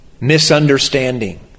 misunderstanding